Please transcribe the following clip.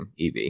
EV